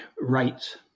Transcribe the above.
rights